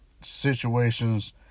situations